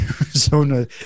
Arizona